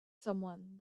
someone